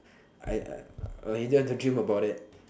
I I don't dreamed about it